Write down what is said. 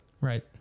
Right